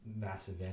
massive